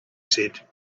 said